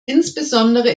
insbesondere